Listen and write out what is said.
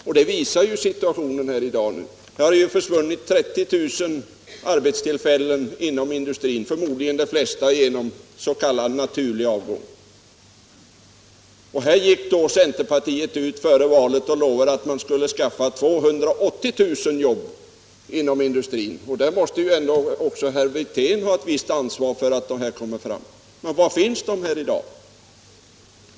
Och situationen i dag visar detta. Det har försvunnit 30 000 arbetstillfällen inom industrin, de flesta förmodligen genom s.k. naturlig avgång. Centerpartiet gick ut före valet och lovade att man skulle skaffa 280 000 jobb inom industrin. Även herr Wirtén måste ha ett visst ansvar för att dessa jobb kommer fram. Var finns de i dag?